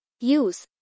Use